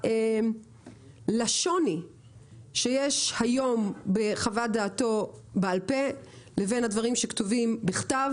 לשוני שיש היום בחוות דעתו בעל-פה לבין הדברים שכתובים בכתב